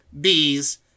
bees